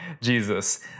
Jesus